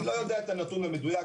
אני לא יודע את הנתון המדויק,